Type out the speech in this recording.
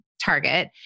Target